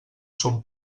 son